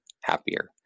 happier